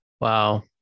Wow